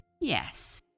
Yes